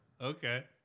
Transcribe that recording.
Okay